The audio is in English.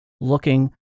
looking